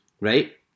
right